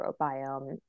microbiome